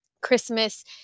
Christmas